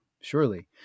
surely